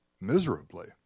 miserably